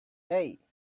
hey